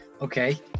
Okay